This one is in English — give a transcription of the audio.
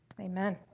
amen